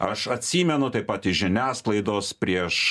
aš atsimenu taip pat iš žiniasklaidos prieš